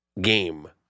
game